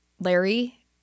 Larry